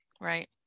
Right